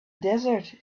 desert